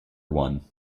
one